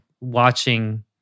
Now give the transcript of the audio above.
watching